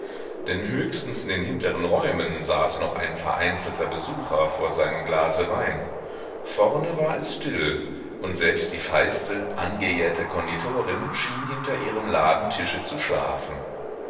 denn höchstens in den hinteren räumen saß noch ein vereinzelter besucher vor seinem glase wein vorne war es still und selbst die feiste angejährte konditorin schien hinter ihrem ladentische zu schlafen